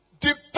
depends